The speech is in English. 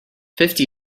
fifty